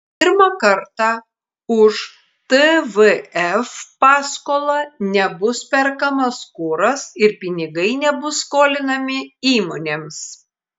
pirmą kartą už tvf paskolą nebus perkamas kuras ir pinigai nebus skolinami įmonėms